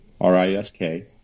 r-i-s-k